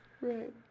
right